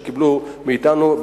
שקיבלו מאתנו,